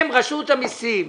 הם רשות המסים.